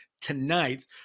tonight